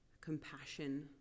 compassion